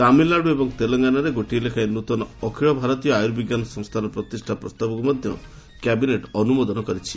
ତାମିଲନାଡୁ ଏବଂ ତେଲଙ୍ଗାନାରେ ଗୋଟିଏ ଲେଖାଏଁ ନୃତନ ଅଖିଳ ଭାରତୀୟ ଆୟୁର୍ବିଞ୍ଜାନ ସଂସ୍ଥାନ ପ୍ରତିଷ୍ଠା ପ୍ରସ୍ତାବକୁ ମଧ୍ୟ କ୍ୟାବିନେଟ୍ ଅନୁମୋଦନ କରିଛି